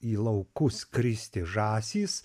į laukus skristi žąsys